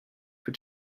for